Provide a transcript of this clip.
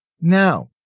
Now